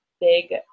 big